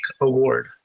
Award